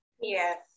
Yes